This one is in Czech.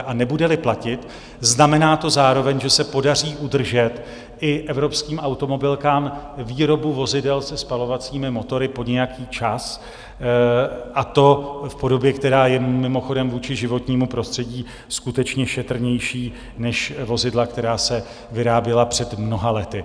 A nebudeli platit, znamená to zároveň, že se podaří udržet i evropským automobilkám výrobu vozidel se spalovacími motory po nějaký čas, a to v podobě, která je mimochodem vůči životnímu prostředí skutečně šetrnější než vozidla, která se vyráběla před mnoha lety.